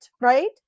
right